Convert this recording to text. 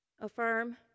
Affirm